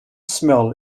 smell